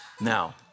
now